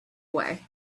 away